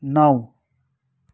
नौ